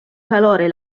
calore